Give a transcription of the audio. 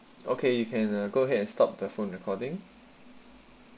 okay you can uh go ahead and stop the phone recording